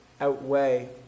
outweigh